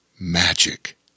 Magic